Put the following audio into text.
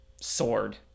sword